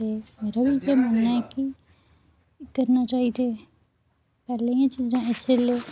ते मेरा बी इ'यै मनना ऐ की करना चाहिदे पैह्लें हियां चीज़ां इसलै